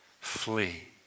flee